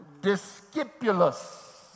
discipulus